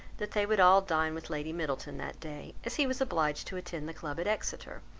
that they would all dine with lady middleton that day, as he was obliged to attend the club at exeter,